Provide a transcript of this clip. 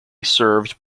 served